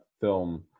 film